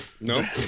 No